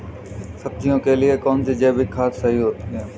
सब्जियों के लिए कौन सी जैविक खाद सही होती है?